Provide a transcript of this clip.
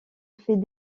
fait